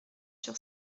sur